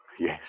yes